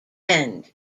end